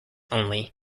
only